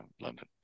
London